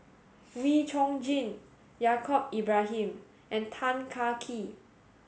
Wee Chong Jin Yaacob Ibrahim and Tan Kee